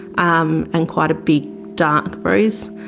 um and quite a big dark bruise.